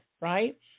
right